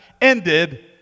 ended